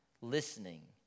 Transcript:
listening